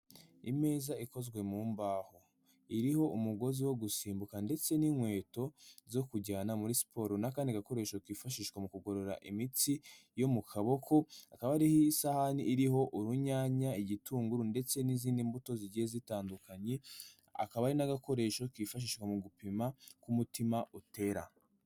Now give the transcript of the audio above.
Imeza ikozwe mu mbaho, iriho umugozi wo gusimbuka ndetse n'inkweto zo kujyana muri siporo n'akandi gakoresho kifashishwa mu kugorora imitsi yo mu kaboko, hakaba hari isahani iriho urunyanya, igitunguru ndetse n'izindi mbuto zigiye zitandukanye, hakaba hari n'agakoresho kifashishwa mu gupima uko umutima utera.